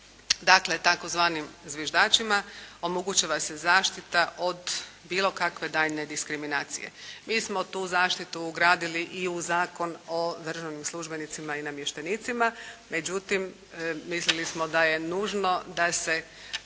dakle tzv. zviždačima omogućava se zaštita od bilo kakve daljnje diskriminacije. Mi smo tu zaštitu ugradili i u Zakon o državnim službenicima i namještenicima, međutim mislili smo da je nužno da se